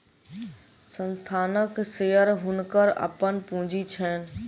संस्थानक शेयर हुनकर अपन पूंजी छैन